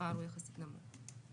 המספר הוא יחסית נמוך.